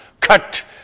Cut